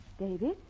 David